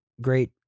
great